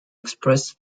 express